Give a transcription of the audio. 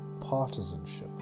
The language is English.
partisanship